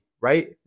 right